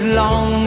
long